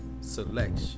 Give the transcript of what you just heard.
selection